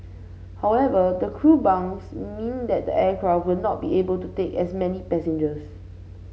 however the crew bunks mean that the aircraft will not be able to take as many passengers